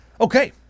Okay